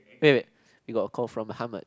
wait wait you got a call from Hamad